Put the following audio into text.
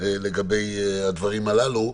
לגבי הדברים הללו.